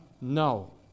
No